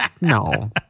No